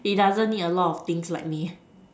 he doesn't need a lot of things like me